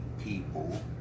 people